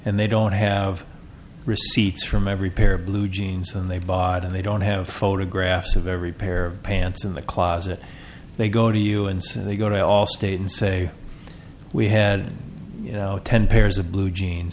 and they don't have receipts from every pair of blue jeans and they bought and they don't have photographs of every pair of pants in the closet they go to you and so they go to allstate and say we had you know ten pairs of blue jeans